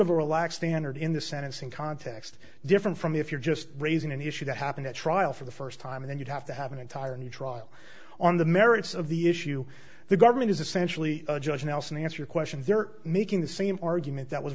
of a relaxed standard in the sentencing context different from if you're just raising an issue that happened at trial for the first time and you'd have to have an entire new trial on the merits of the issue the government is essentially a judge nelson answer your question they're making the same argument that was